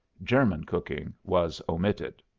german cooking was omitted.